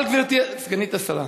אבל גברתי סגנית שר החוץ,